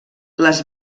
les